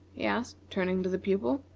he asked, turning to the pupil.